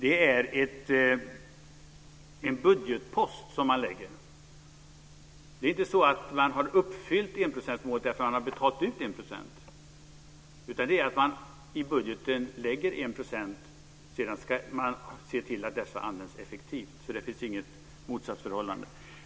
Det är en budgetpost. Det är inte så att man har nått enprocentsmålet bara för att man har betalat ut 1 %. Man lägger i budgeten fast att 1 % ska gå till biståndet, men sedan ska man se till att pengarna används effektivt. Här finns inget motsatsförhållande.